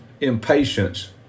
impatience